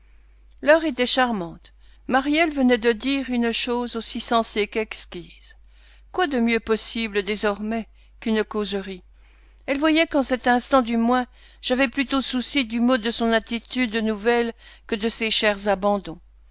l'heure était charmante maryelle venait de dire une chose aussi sensée qu'exquise quoi de mieux possible désormais qu'une causerie elle voyait qu'en cet instant du moins j'avais plutôt souci du mot de son attitude nouvelle que de ses chers abandons